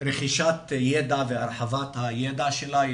לרכישת ידע והרחבת הידע שלה.